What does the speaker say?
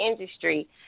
industry